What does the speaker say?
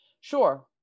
sure